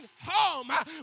home